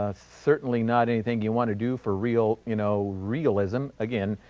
ah certainly, not anything you want to do for real, you know, realism, again,